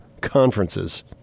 conferences